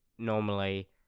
Normally